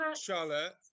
Charlotte